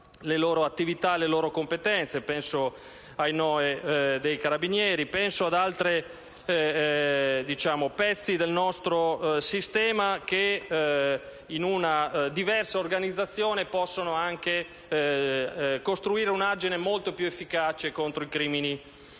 le loro attività e loro competenze; penso ai NOE dei Carabinieri e penso ad altri pezzi del nostro sistema che, in una diversa organizzazione, potrebbero anche costruire un argine molto più efficace contro i crimini